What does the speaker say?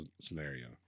scenario